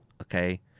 Okay